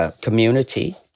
community